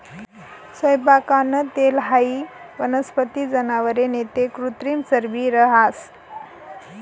सैयपाकनं तेल हाई वनस्पती, जनावरे नैते कृत्रिम चरबी रहास